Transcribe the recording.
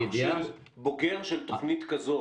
בוגר של תוכנית כזו